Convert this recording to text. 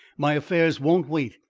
my affairs won't wait.